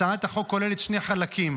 הצעת החוק כוללת שני חלקים: